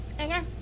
Okay